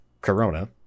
corona